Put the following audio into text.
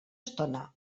estona